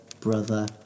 brother